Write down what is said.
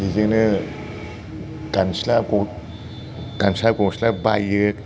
बेजोंनो गामसा गामसा गस्ला बायो